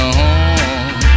home